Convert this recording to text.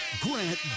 Grant